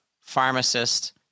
pharmacist